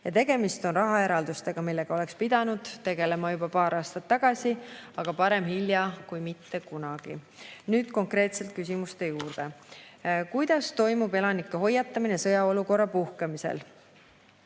Tegemist on rahaeraldistega, millega oleks pidanud tegelema juba paar aastat tagasi, aga parem hilja kui mitte kunagi. Nüüd konkreetselt küsimuste juurde. "Kuidas toimub elanike hoiatamine sõjaolukorra puhkemisel?"